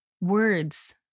words